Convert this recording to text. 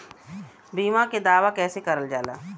बीमा के दावा कैसे करल जाला?